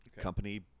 Company